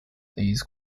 these